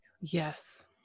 yes